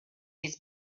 his